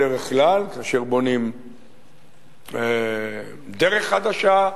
בדרך כלל, כאשר בונים דרך חדשה,